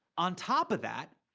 on top of that,